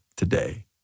Today